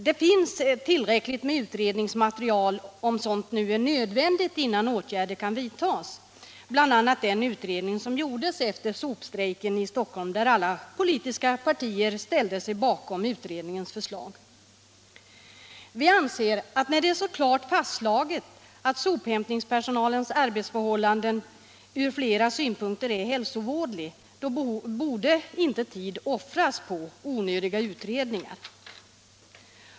Det finns tillräckligt med utredningsmaterial - om sådant nu är nödvändigt innan åtgärder kan vidtas — bl.a. den utredning som gjordes efter sopstrejken i Stockholm, där alla politiska partier ställde sig bakom utredningens förslag. Vi anser att när det är så klart fastslaget att sophämtningspersonalens arbetsförhållanden från flera synpunkter är hälsovådliga, borde tid inte offras på onödiga utredningar.